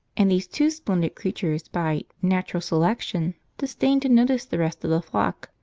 and these two splendid creatures by natural selection disdained to notice the rest of the flock,